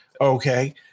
Okay